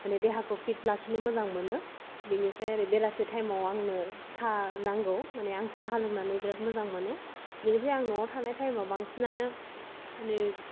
मानि देहाखौ फिट लाखिनो मोजां मोनो बेनिफ्राय ओरै बेलासि टायेमाव आंनो साहा नांगौ मानि आं साहा लोंनानै बिराद मोजां मोनो बेनिफ्राय आं न'आव थानाय टायेमाव आं बांसिनानो मानि